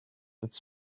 its